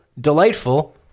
delightful